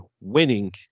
winning